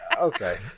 Okay